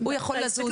הוא יכול לזוז.